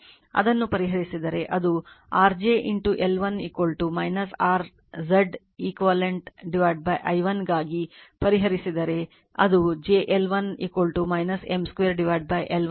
ಅದನ್ನು ಪರಿಹರಿಸಿದರೆ ಅದು r j L1 r Z e q v i1 ಗಾಗಿ ಪರಿಹರಿಸಿದರೆ ಅದು J L1 M 2 L1 2 M i ಆಗುತ್ತದೆ